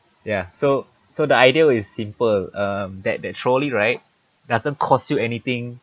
ya so so the idea is simple um that that trolley right doesn't cost you anything